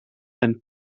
and